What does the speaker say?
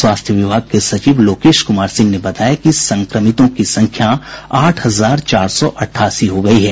स्वास्थ्य विभाग के सचिव लोकेश कुमार सिंह ने बताया कि संक्रमितों की संख्या आठ हजार चार सौ अटठासी हो गयी है